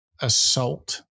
assault